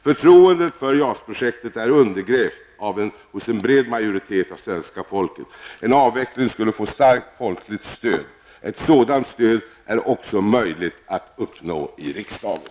Förtroendet för JAS-projektet är undergrävt hos en bred majoritet av det svenska folket. En avveckling skulle få starkt folkligt stöd. Ett sådant stöd är också möjligt att uppnå här i riksdagen.